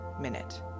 minute